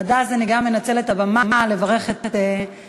עד אז גם אני אנצל את הבמה לברך את מבקר